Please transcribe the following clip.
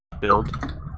build